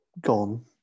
gone